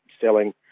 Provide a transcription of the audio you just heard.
selling